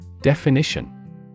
Definition